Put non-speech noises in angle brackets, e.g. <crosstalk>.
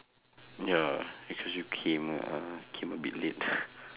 ya because you came uh came a bit late <breath>